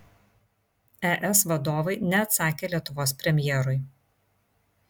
es vadovai neatsakė lietuvos premjerui